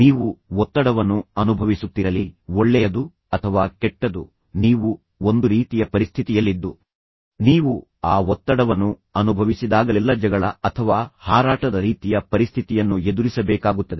ನೀವು ಒತ್ತಡವನ್ನು ಅನುಭವಿಸುತ್ತಿರಲಿ ಒಳ್ಳೆಯದು ಅಥವಾ ಕೆಟ್ಟದು ನೀವು ಒಂದು ರೀತಿಯ ಪರಿಸ್ಥಿತಿಯಲ್ಲಿದ್ದು ನೀವು ಆ ಒತ್ತಡವನ್ನು ಅನುಭವಿಸಿದಾಗಲೆಲ್ಲಾ ಜಗಳ ಅಥವಾ ಹಾರಾಟದ ರೀತಿಯ ಪರಿಸ್ಥಿತಿಯನ್ನು ಎದುರಿಸಬೇಕಾಗುತ್ತದೆ